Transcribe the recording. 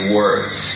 words